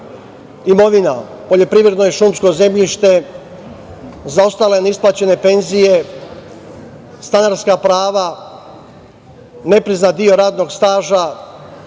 imovina, poljoprivredno i šumsko zemljište, zaostale neisplaćene penzije, stanarska prava, nepriznat deo radnog staža,